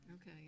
Okay